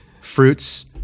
fruits